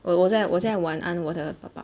我我再我再晚安我的爸爸